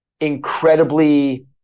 incredibly